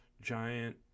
giant